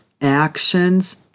actions